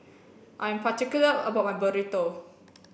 I'm particular about my Burrito